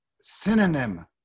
synonym